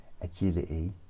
agility